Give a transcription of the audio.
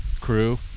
crew